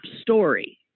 story